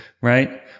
Right